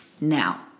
Now